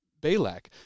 Balak